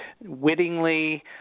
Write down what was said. wittingly